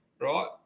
right